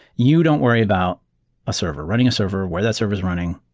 you don't worry about a server. running a server, where that server is running,